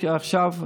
שעכשיו,